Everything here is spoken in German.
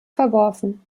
verworfen